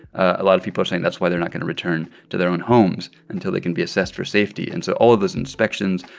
a lot of people are saying that's why they're not going to return to their own homes until they can be assessed for safety. and so all of those inspections,